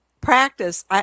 practice